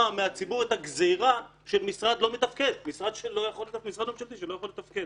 מהציבור את הגזירה של משרד ממשלתי שלא יכול לתפקד.